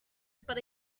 but